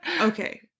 okay